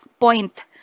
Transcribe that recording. point